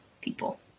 people